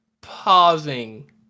pausing